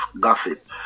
gossip